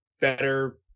better